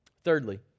Thirdly